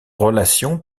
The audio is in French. relations